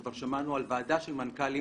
כבר שמענו על ועדה של מנכ"לים,